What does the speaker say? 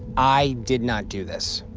i did not do this.